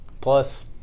Plus